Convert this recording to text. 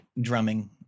drumming